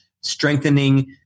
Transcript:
strengthening